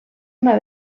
una